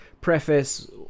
preface